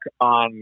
on